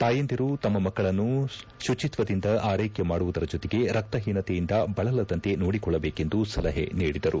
ತಾಯಂದಿರು ತಮ್ಮ ಮಕ್ಕಳನ್ನು ಸುಚಿತ್ವದಿಂದ ಆರೈಕೆ ಮಾಡುವುದರ ಜೊತೆಗೆ ರಕ್ತಹೀನತೆಯಿಂದ ಬಳಲದಂತೆ ನೋಡಿಕೊಳ್ಳಬೇಕೆಂದು ಸಲಹೆ ನೀಡಿದರು